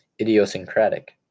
idiosyncratic